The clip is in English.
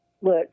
look